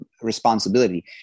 responsibility